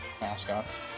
mascots